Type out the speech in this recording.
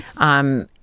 Yes